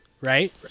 right